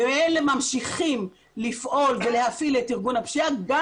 ואלה ממשיכים לפעול ולהפעיל את ארגון הפשיעה גם